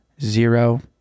zero